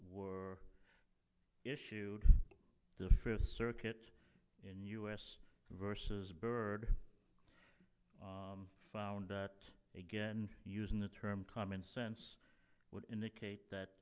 were issued the first circuit in u s versus bird found that again using the term common sense would indicate that